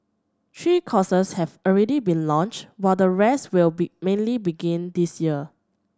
three courses have already been launched while the rest will be mainly begin this year